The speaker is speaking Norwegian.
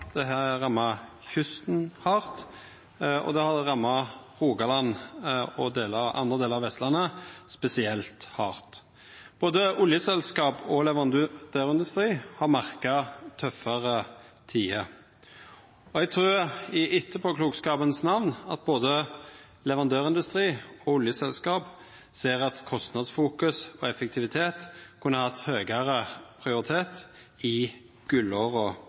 og andre delar av Vestlandet spesielt hardt. Både oljeselskap og leverandørindustri har merka tøffare tider. Eg trur at både leverandørindustri og oljeselskap i etterpåklokskapens namn ser at kostnadsfokus og effektivitet kunne hatt høgare prioritet i